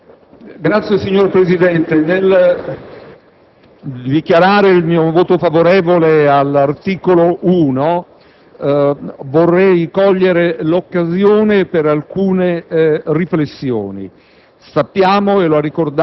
Signor Presidente, nel dichiarare il voto favorevole all'articolo 1, vorrei cogliere l'occasione per alcune riflessioni.